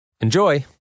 Enjoy